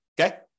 okay